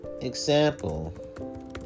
example